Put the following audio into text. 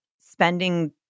spending